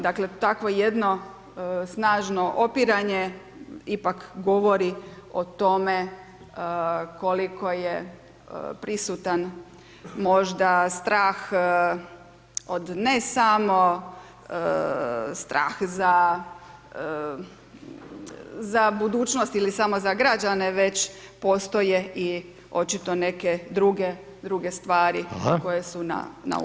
Dakle, takvo jedno snažno opiranje, ipak govori o tome, koliko je prisutan, možda strah od ne samo strah za budućnost ili samo za građane, već postoje i očito neke druge stvari koje su na umu.